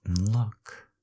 Look